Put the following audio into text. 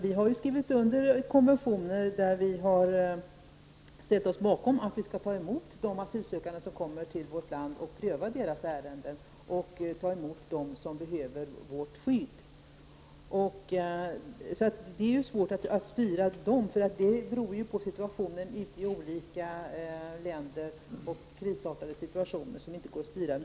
Vi har skrivit under konventioner där vi har ställt oss bakom att vi skall ta emot de asylsökande som kommer till vårt land, pröva deras ärenden och ta emot dem som behöver vårt skydd. Det är svårt att styra strömmarna. Det beror på situationen i de olika länderna, och det rör sig om krisartade situationer som inte går att styra.